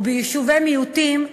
וביישובי מיעוטים,